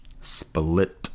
Split